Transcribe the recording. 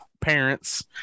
parents